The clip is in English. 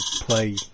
play